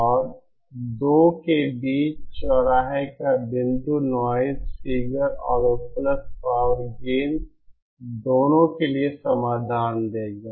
और 2 के बीच चौराहे का बिंदु नॉइज़ फिगर और उपलब्ध पावर गेन दोनों के लिए समाधान देगा